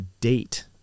date